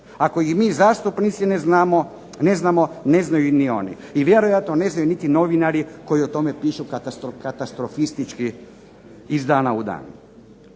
Ako ih mi zastupnici ne znamo, ne znaju ni oni i vjerojatno ne znaju niti novinari koji o tome pišu katastrofistički iz dana u dan.